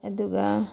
ꯑꯗꯨꯒ